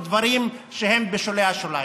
עם דברים שהם בשולי השוליים.